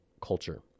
culture